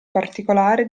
particolare